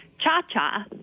Cha-Cha